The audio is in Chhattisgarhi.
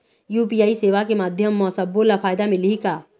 यू.पी.आई सेवा के माध्यम म सब्बो ला फायदा मिलही का?